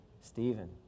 Stephen